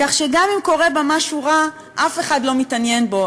כך שגם אם קורה בה משהו רע, אף אחד לא מתעניין בו.